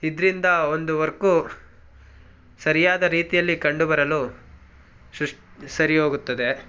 ಇದರಿಂದ ಒಂದು ವರ್ಕು ಸರಿಯಾದ ರೀತಿಯಲ್ಲಿ ಕಂಡು ಬರಲು ಶುಶ್ ಸರಿ ಹೋಗುತ್ತದೆ